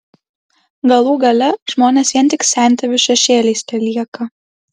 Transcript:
galų gale žmonės vien tik sentėvių šešėliais telieka